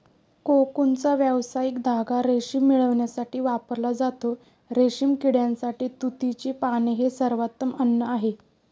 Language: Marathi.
कोकूनचा व्यावसायिक धागा रेशीम मिळविण्यासाठी वापरला जातो, रेशीम किड्यासाठी तुतीची पाने हे सर्वोत्तम अन्न आहे